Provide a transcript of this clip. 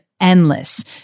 endless